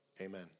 amen